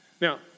Now